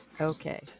Okay